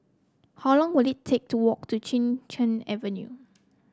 how long will it take to walk to Chin Cheng Avenue